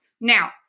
Now